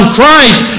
Christ